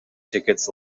tickets